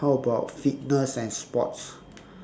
how about fitness and sports